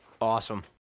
Awesome